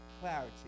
clarity